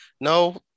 no